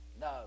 No